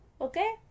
okay